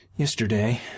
Yesterday